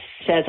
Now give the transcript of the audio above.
says